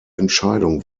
entscheidung